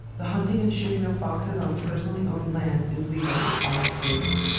the hunting and shooting of foxes on personally-owned land is legal in all states.